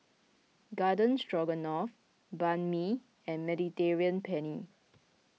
Garden Stroganoff Banh Mi and Mediterranean Penne